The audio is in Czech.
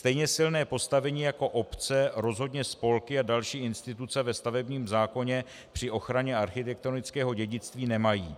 Stejně silné postavení jako obce rozhodně spolky a další instituce ve stavebním zákoně při ochraně architektonického dědictví nemají.